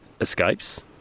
escapes